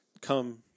come